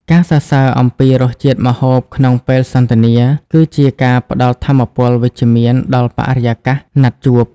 ការសរសើរអំពីរសជាតិម្ហូបក្នុងពេលសន្ទនា គឺជាការផ្ដល់ថាមពលវិជ្ជមានដល់បរិយាកាសណាត់ជួប។